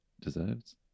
Deserves